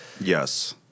Yes